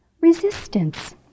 Resistance